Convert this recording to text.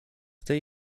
tej